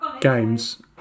games